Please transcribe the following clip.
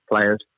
players